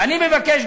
ואני מבקש,